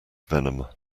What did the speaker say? venom